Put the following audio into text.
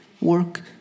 work